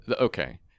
okay